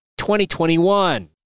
2021